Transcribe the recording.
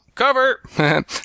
cover